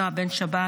נעה בן שבת,